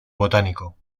botánico